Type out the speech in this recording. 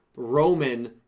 Roman